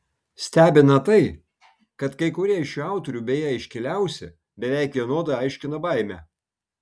stebina tai kad kai kurie iš šių autorių beje iškiliausi beveik vienodai aiškina baimę